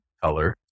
color